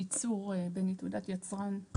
ייצור, בני, תעודת יצרן.